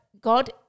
God